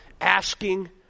asking